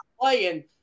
playing